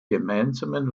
gemeinsamen